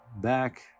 back